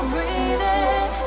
Breathing